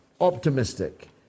optimistic